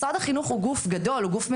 משרד החינוך הוא גוף גדול, הוא גוף מסואב.